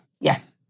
Yes